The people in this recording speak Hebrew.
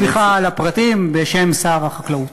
וסליחה על הפרטים, בשם שר החקלאות.